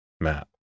map